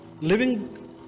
Living